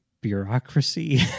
bureaucracy